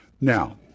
Now